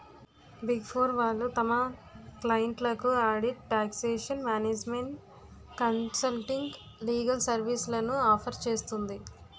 big four వాళ్ళు తమ క్లయింట్లకు audit, taxation, management consulting, legal సర్వీస్లను ఆఫర్ చేస్తుంది